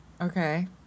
Okay